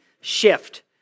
shift